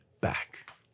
back